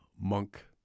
Monk